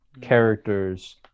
characters